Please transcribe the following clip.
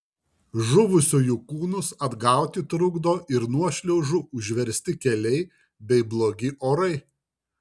žuvusiųjų kūnus atgauti trukdo ir nuošliaužų užversti keliai bei blogi orai